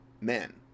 men